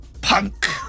punk